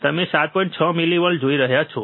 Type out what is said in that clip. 6 millivolt જોઈ શકો છો